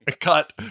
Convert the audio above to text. Cut